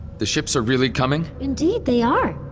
the ships are really coming? indeed they are